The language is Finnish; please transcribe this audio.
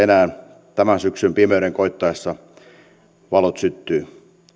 enää tämän syksyn pimeyden koittaessa valot syttyvät